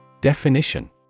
Definition